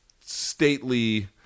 stately